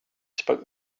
spoke